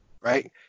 right